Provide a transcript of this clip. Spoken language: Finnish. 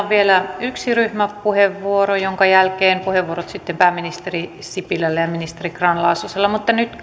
on vielä yksi ryhmäpuheenvuoro jonka jälkeen puheenvuorot sitten pääministeri sipilälle ja ministeri grahn laasoselle mutta nyt